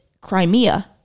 Crimea